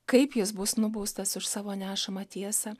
kaip jis bus nubaustas už savo nešamą tiesą